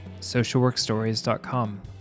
socialworkstories.com